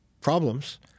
problems